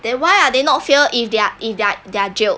then why are they not fear if they're if they're they're jailed